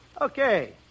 Okay